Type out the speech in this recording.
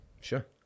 Sure